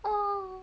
oh